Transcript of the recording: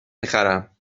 میخرم